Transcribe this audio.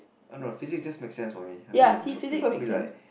oh no physics just make sense for me I think people be like